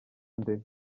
nde